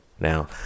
Now